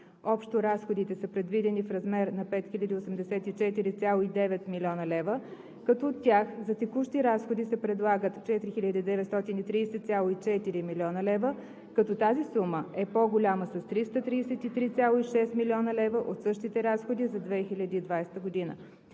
Общо разходите са предвидени в размер на 5 084,9 млн. лв., като от тях за текущи разходи се предлагат 4 930,4 млн. лв., като тази сума е по-голяма с 333,6 млн. лв. от същите разходи за 2021 г.; за